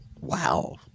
Wow